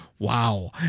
wow